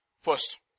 First